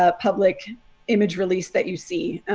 ah public image released that you see,